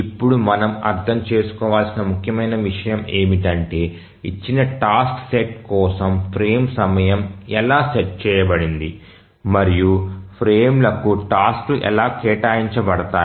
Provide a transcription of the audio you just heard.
ఇప్పుడు మనం అర్థం చేసుకోవలసిన ముఖ్యమైన విషయం ఏమిటంటే ఇచ్చిన టాస్క్ సెట్ కోసం ఫ్రేమ్ సమయం ఎలా సెట్ చేయబడింది మరియు ఫ్రేమ్లకు టాస్క్లు ఎలా కేటాయించబడతాయి